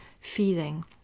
feeling